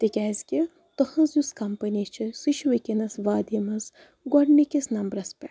تِکیٛازِ کہِ تُہنٛز یُس کَمپٔنی چھِ سُہ چھِ وُنکیٚس وادی منٛز گۄڈٕنِکِسۍ نمبرَس پٮ۪ٹھ